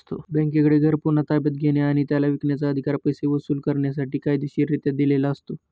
बँकेकडे घर पुन्हा ताब्यात घेणे आणि त्याला विकण्याचा, अधिकार पैसे वसूल करण्यासाठी कायदेशीररित्या दिलेला असतो